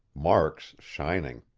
mark's shining.